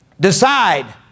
Decide